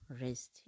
rest